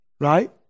Right